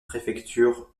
préfecture